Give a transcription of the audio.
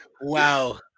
Wow